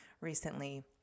recently